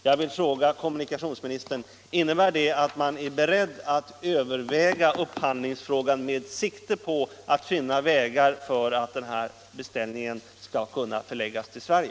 Jag vill fråga kommunikationsministern: Innebär det att man är beredd att överväga upphandlingsfrågan med sikte på att finna vägar för att denna beställning skall kunna läggas till Sverige?